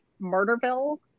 Murderville